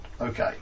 okay